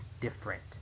different